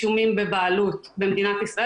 בבעלות במדינת ישראל,